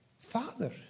Father